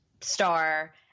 star